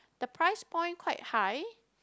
the price point quite high